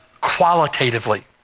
qualitatively